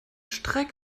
streik